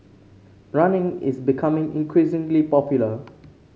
running is becoming increasingly popular